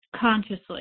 consciously